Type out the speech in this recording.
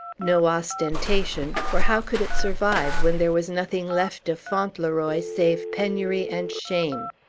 no ostentation for how could it survive, when there was nothing left of fauntleroy, save penury and shame!